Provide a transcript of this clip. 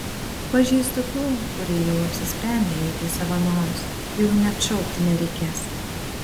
pažįstu tų kurie jau apsisprendę eiti į savanorius jų net šaukti nereikės